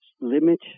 limit